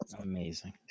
Amazing